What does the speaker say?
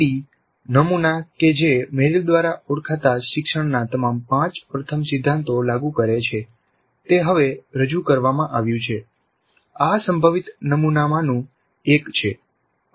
D નમુના કે જે મેરિલ દ્વારા ઓળખાતા શિક્ષણના તમામ પાંચ પ્રથમ સિદ્ધાંતો લાગુ કરે છે તે હવે રજૂ કરવામાં આવ્યું છે આ સંભવિત નમુનામાનું એક છે